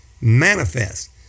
manifest